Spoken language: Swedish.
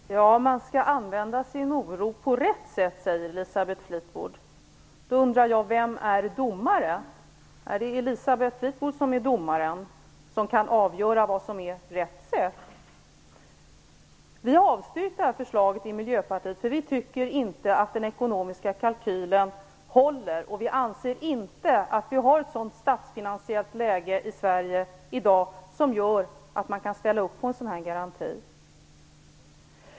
Herr talman! Man skall använda sin oro på rätt sätt, säger Elisabeth Fleetwood. Då undrar jag: Vem är domare? Är det Elisabeth Fleetwood som är domaren, som kan avgöra vad som är rätt sätt? Vi har avstyrkt det här förslaget i Miljöpartiet därför att vi inte tycker att den ekonomiska kalkylen håller, och vi anser inte att vi har ett sådant statsfinansiellt läge i Sverige i dag att man kan ställa upp på en sådan här garanti.